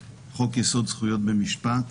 חוק-יסוד: זכויות במשפט,